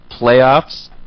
playoffs